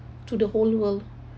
to the whole world